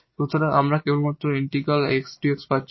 সুতরাং আমরা কেবল ইন্টিগ্রাল X dx পাচ্ছি